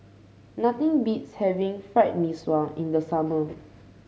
nothing beats having Fried Mee Sua in the summer